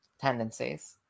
tendencies